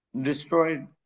destroyed